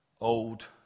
old